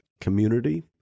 community